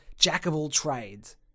Jack-of-all-trades